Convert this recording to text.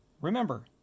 remember